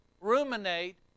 ruminate